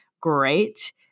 great